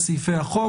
החוק.